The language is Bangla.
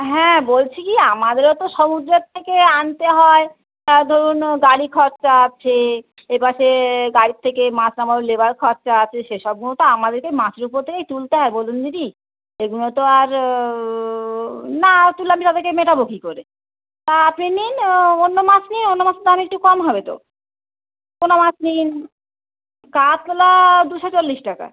হ্যাঁ বলছি কি আমাদেরও তো সমুদ্রর থেকে আনতে হয় তা ধরুন ও গাড়ি খরচা আছে এপাশে গাড়ির থেকে মাছ নামানোর লেবার খরচা আছে সেসবগুনো তো আমাদেরকেই মাছের উপর থেকেই তুলতে হয় বলুন দিদি এগুলো তো আর না তুললে আমি তাদেরকে মেটাবো কী করে তা আপনি নিন অন্য মাছ নিন অন্য মাছের দাম একটু কম হবে তো পোনা মাছ নিন কাতলা দুশো চল্লিশ টাকা